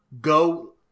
go